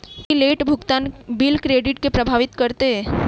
की late भुगतान bill credit केँ प्रभावित करतै?